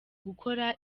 gukora